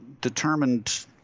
determined